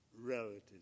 relatives